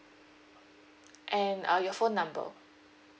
and uh your phone number